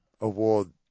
award